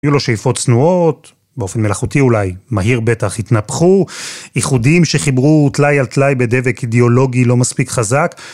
היו לו שאיפות צנועות, באופן מלאכותי אולי, מהיר בטח, התנפחו, ייחודים שחיברו טלאי על טלאי בדבק אידיאולוגי לא מספיק חזק.